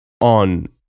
on